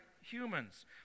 humans